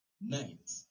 night